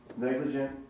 negligent